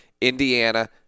Indiana